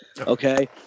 okay